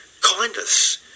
kindness